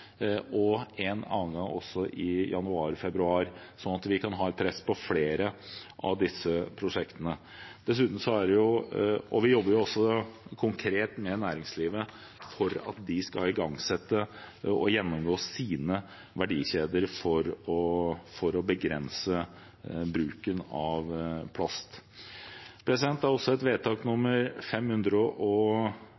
og en annen gang i januar/februar, slik at vi kan ha press på flere av disse prosjektene. Vi jobber også konkret med næringslivet for at de skal gjennomgå sine verdikjeder for å begrense bruken av plast. Det er også et vedtak